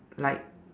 like